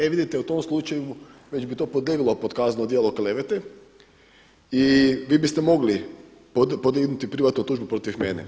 E vidite u tom slučaju već bi to podleglo pod kazneno djelo klevete i vi biste mogli podignuti privatnu tužbu protiv mene.